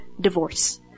Divorce